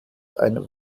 ein